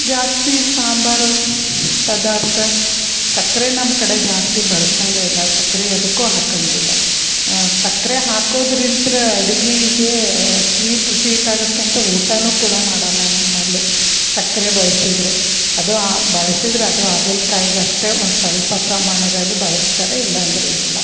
ಜಾಸ್ತಿ ಸಾಂಬಾರು ಪದಾರ್ಥ ಸಕ್ಕರೆ ನಮ್ಮ ಕಡೆ ಜಾಸ್ತಿ ಬಳ್ಸಂಗೆ ಇಲ್ಲ ಸಕ್ರೆ ಎದಕ್ಕೂ ಹಾಕಂಗಿಲ್ಲ ಸಕ್ಕರೆ ಹಾಕೋದ್ರಿಂತ ಅಡ್ಗೀಗೆ ಸ್ವೀಟ್ ಸೀಟ್ ಆಗತ್ತಂತ ಊಟನೂ ಕೂಡ ಮಾಡಲ್ಲ ನಮ್ಮಲ್ಲಿ ಸಕ್ಕರೆ ಬಳಸಿದ್ರೆ ಅದು ಬಳ್ಸಿದ್ರೆ ಅದು ಹಾಗಲ್ ಕಾಯ್ಗೆ ಅಷ್ಟೆ ಒಂದು ಸ್ವಲ್ಪ ಪ್ರಮಾಣದಲ್ಲಿ ಬಳಸ್ತಾರೆ ಇಲ್ಲಂದರೆ ಇಲ್ಲ